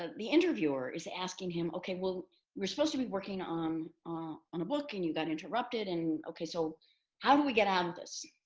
ah interviewer is asking him, okay, well we're supposed to be working um on a book and you got interrupted. and okay, so how do we get out of this?